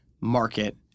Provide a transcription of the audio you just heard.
market